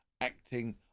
acting